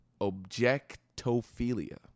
objectophilia